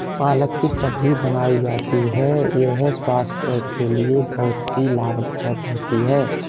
पालक की सब्जी बनाई जाती है यह स्वास्थ्य के लिए बहुत ही लाभदायक होती है